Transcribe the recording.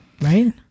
right